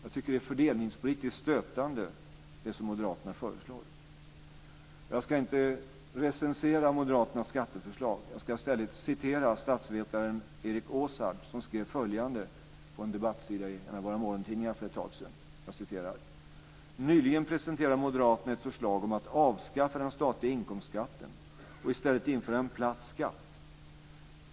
Jag tycker att det som moderaterna föreslår är fördelningspolitiskt stötande. Jag ska inte recensera moderaternas skatteförslag. Jag ska i stället citera statsvetaren Erik Åsard som skrev följande på en debattsida i en av våra morgontidningar för ett tag sedan. "Nyligen presenterade moderaterna ett förslag om att avskaffa den statliga inkomstskatten och i stället införa en 'platt skatt' -.